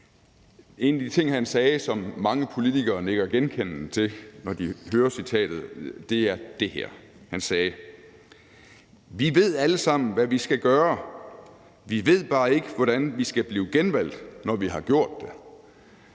En af de ting, han sagde, som mange politikere nikker genkendende til, når de hører citatet, er det her: Vi ved alle sammen, hvad vi skal gøre; vi ved bare ikke, hvordan vi skal blive genvalgt, når vi har gjort det.